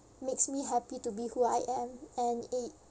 makes me happy to be who I am and it